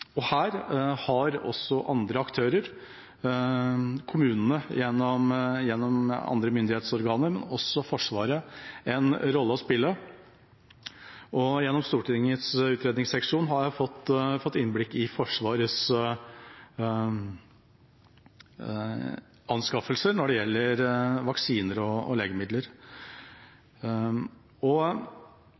Her har også andre aktører, kommunene gjennom andre myndighetsorganer, også Forsvaret, en rolle å spille. Gjennom Stortingets utredningsseksjon har jeg fått innblikk i Forsvarets anskaffelser når det gjelder vaksiner og legemidler.